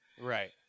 Right